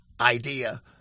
idea